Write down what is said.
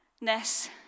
Ness